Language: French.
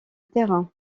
terrain